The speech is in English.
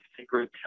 secret